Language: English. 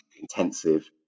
intensive